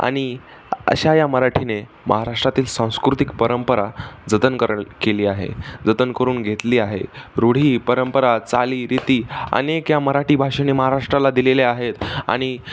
आणि अशा या मराठीने महाराष्ट्रातील सांस्कृतिक परंपरा जतन कर केली आहे जतन करून घेतली आहे रूढी परंपरा चाली रीती अनेक या मराठी भाषेने महाराष्ट्राला दिलेल्या आहेत आणि